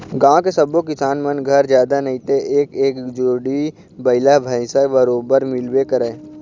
गाँव के सब्बो किसान मन घर जादा नइते एक एक जोड़ी बइला भइसा बरोबर मिलबे करय